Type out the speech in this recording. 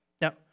Now